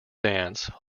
dance